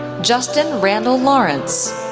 justin randall lawrence,